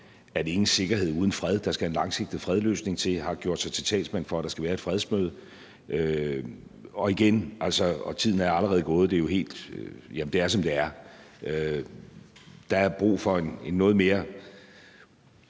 »ingen sikkerhed uden fred« – der skal en langsigtet fredsløsning til – og har gjort sig til talsmænd for, at der skal være et fredsmøde. Tiden er allerede gået. Det er, som det er. Der er brug for en noget mere